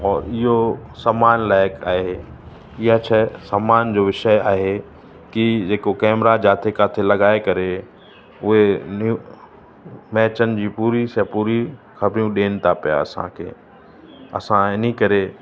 और इहो सम्मान लाइक़ु आहे ईअं शइ सम्मान जो विषय आहे कि जेको कैमरा जिते किथे लॻाए करे उहे न्यू मैचनि जी पूरी स पूरी ख़बरियूं ॾियनि पिया असांखे असां इन करे